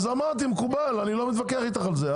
אמרתי שזה מקובל, אני לא מתווכח איתך על זה.